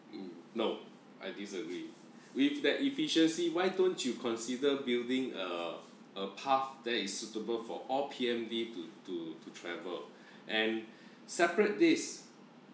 mm no I disagree with that efficiency why don't you consider building a a path that is suitable for all P_M_D to to to travel and separate this